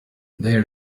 there